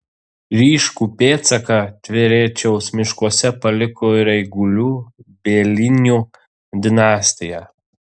ryškų pėdsaką tverečiaus miškuose paliko ir eigulių bielinių dinastija